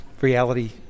reality